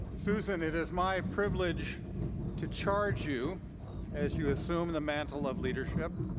susan, it is my privilege to charge you as you assume the mantle of leadership.